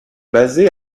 basé